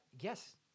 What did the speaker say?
yes